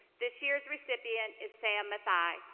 this year's recipient is sam mathai.